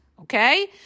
okay